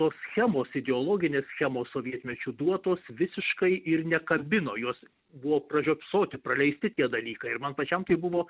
tos schemos ideologinės schemos sovietmečiu duotos visiškai ir nekabino jos buvo pražiopsoti praleisti tie dalykai ir man pačiam tai buvo